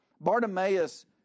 Bartimaeus